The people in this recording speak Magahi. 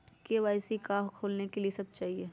के.वाई.सी का का खोलने के लिए कि सब चाहिए?